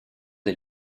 des